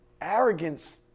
arrogance